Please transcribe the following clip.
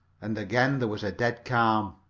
and again there was a dead calm,